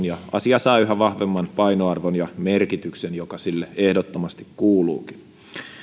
ja asia saa yhä vahvemman painoarvon ja merkityksen joka sille ehdottomasti kuuluukin